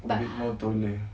a bit more taller